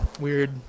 weird